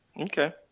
Okay